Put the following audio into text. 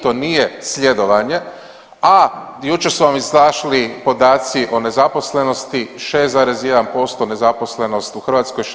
To nije sljedovanje, a jučer su vam izašli podaci o nezaposlenosti 6,1% nezaposlenost u Hrvatskoj, 6,2% EU.